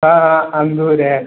हाँ हाँ अँगूर है